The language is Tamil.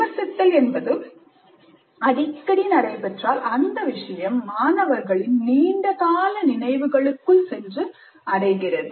விமர்சித்தல் என்பது அடிக்கடி நடைபெற்றால் அந்த விஷயம் மாணவர்களின் நீண்ட கால நினைவுகளுக்குள் சென்று அடைகிறது